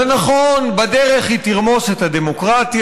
זה נכון, בדרך היא תרמוס את הדמוקרטיה,